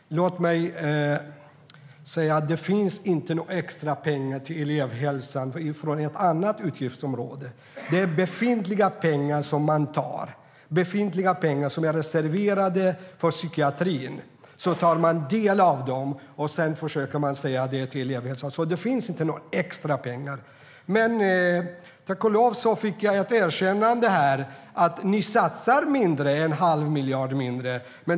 Låt mig säga att det inte finns några extra pengar till elevhälsan från ett annat utgiftsområde. Det är befintliga pengar som man tar. De är reserverade för psykiatrin. Man tar en del av dem och försöker säga att det är till elevhälsan. Det finns alltså inga extrapengar. Tack och lov fick jag ett erkännande här: Ni satsar mindre - en halv miljard mindre.